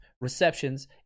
receptions